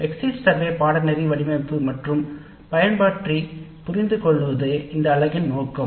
exit survey பாடநெறி வடிவமைப்பை பற்றி புரிந்து கொள்வோம்